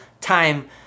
time